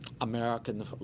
American